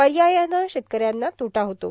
पर्यायाने शेतकऱ्यांचा तोटा होतो